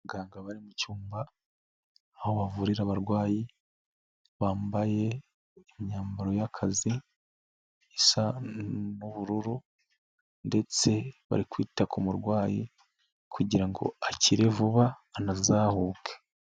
Abaganga bari mu cyumba, aho bavurira abarwayi, bambaye imyambaro y'akazi, isa n'ubururu ndetse bari kwita ku murwayi kugira ngo akire vuba, anazahuke.